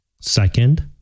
Second